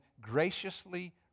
graciously